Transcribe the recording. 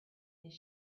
his